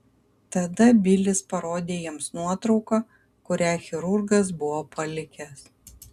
tada bilis parodė jiems nuotrauką kurią chirurgas buvo palikęs